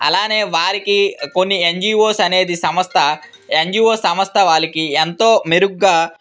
అలాగే వారికి కొన్ని ఎన్జీఓస్ అనేది సంస్థ ఎన్జీఓ సంస్థ వాళ్ళకి ఎంతో మెరుగుగా